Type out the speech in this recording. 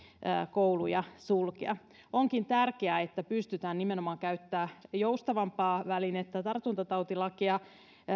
kouluja sulkea onkin tärkeää että pystytään nimenomaan käyttämään joustavampaa välinettä tartuntatautilakia